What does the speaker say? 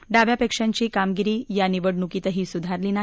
डाव्या पक्षांची कामगिरी या निवडणुकीतही सुधारली नाही